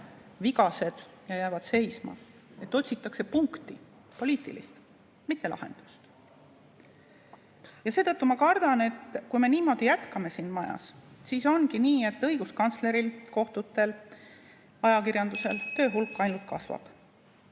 vigased ja jäävad seisma. Otsitakse punkti, poliitilist, mitte lahendust. Seetõttu ma kardan, et kui me niimoodi jätkame siin majas, siis ongi nii, et õiguskantsleril, kohtutel, ajakirjandusel töö hulk ainult kasvab.